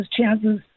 chances